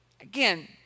Again